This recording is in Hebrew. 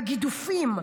הגידופים,